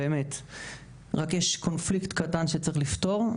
רק יש קונפליקט קטן שצריך לפתור,